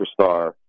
superstar